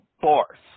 Force